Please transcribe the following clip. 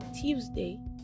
Tuesday